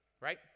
right